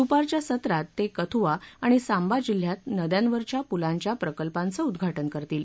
दुपारच्या सत्रात ते कथुआ आणि सांबा जिल्ह्यात नद्यांवरच्या पुलांच्या प्रकल्पाचं उद्घाटन करतील